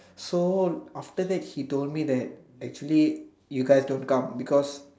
so after that he told me that actually you guys don't come because